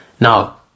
Now